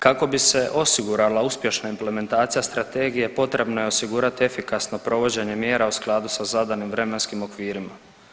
Kako bi se osigurala uspješna implementacija strategije potrebno je osigurati efikasno provođenje mjera u skladu da zadanim vremenskim okvirima.